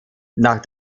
nach